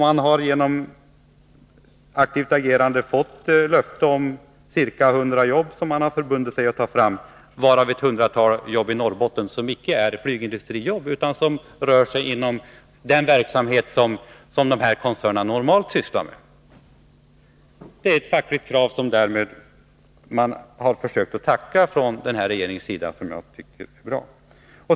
Man har agerat och fått löfte om ca 800 jobb som skall tas fram. Det gäller bl.a. ett hundratal jobb i Norrbotten som icke ligger inom flygindustrins område utan inom den verksamhet som de här koncernerna normalt sysslar med. Det är ett fackligt krav som man från regeringens sida försökt tackla, något som jag tycker är bra.